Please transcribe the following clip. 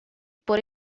por